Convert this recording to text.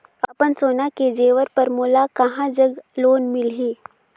अपन सोना के जेवर पर मोला कहां जग लोन मिलही?